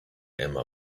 emma